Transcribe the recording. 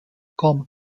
komm